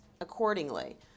accordingly